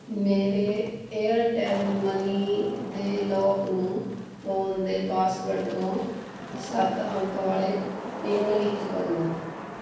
ਮੇਰੇ Airtel money ਦੇ lock ਨੂੰ ਫ਼ੋਨ ਦੇ ਪਾਸਵਰਡ ਤੋਂ ਸੱਤ ਅੰਕ ਵਾਲੇ ਪਿੰਨ ਵਿੱਚ ਬਦਲੋ